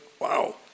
wow